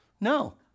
No